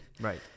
right